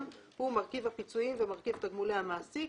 הוא מרכיב הפיצויים ומרכיב תגמולי המעסיק.